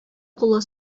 кулы